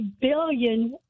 billion